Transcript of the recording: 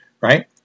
Right